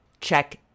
check